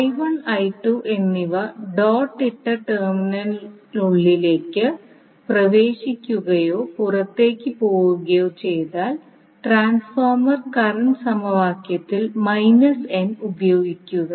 • I1 I2 എന്നിവ dot ഇട്ട ടെർമിനലുകളിലേക്ക് പ്രവേശിക്കുകയോ പുറത്തേക്ക് പോവുകയോ ചെയ്താൽ ട്രാൻസ്ഫോർമർ കറണ്ട് സമവാക്യത്തിൽ n ഉപയോഗിക്കുക